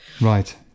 right